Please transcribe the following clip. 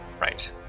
Right